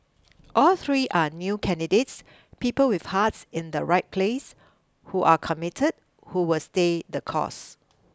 all three are new candidates people with hearts in the right place who are commit who will stay the course